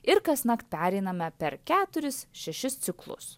ir kasnakt pereiname per keturis šešis ciklus